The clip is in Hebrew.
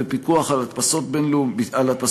בפיקוח על הדפסות ביטחוניות,